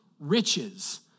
riches